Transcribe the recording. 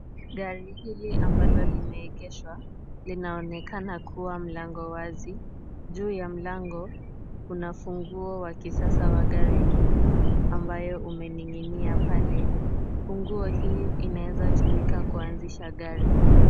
Gari hili ambalo limeegeshwa, linaonekana kuwa mlango wazi. Juu ya mlango, kuna funguo wa kisasa wa gari hii ambayo umening'inia pale. Funguo hii inaeza tumika kuanzisha gari.